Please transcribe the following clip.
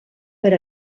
per